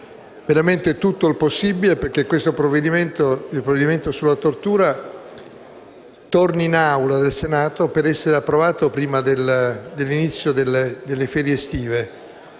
veramente tutto il possibile perché il provvedimento sulla tortura torni nell'Assemblea del Senato per essere approvato prima dell'inizio delle ferie estive.